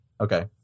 okay